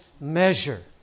measure